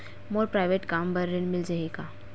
मोर private कम बर ऋण मिल जाही का?